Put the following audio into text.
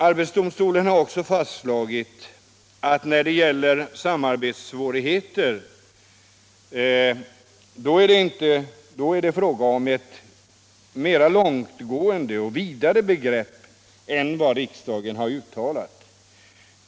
Arbetsdomstolen har också fastslagit att det beträffande samarbetssvårigheter är fråga om ett mera långtgående och vidare begrepp än vad riksdagen uttalat.